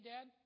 Dad